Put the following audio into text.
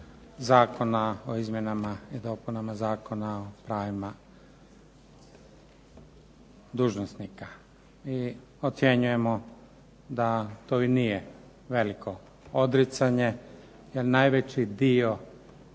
zakona o izmjenama i dopunama Zakona o pravima dužnosnika. Mi ocjenjujemo da to i nije veliko odricanje, jer najveći dio